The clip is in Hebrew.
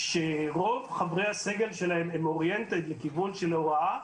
שרוב חברי הסגל שלהן הם oriented לכיוון של הוראה,